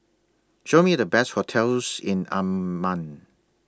Show Me The Best hotels in Amman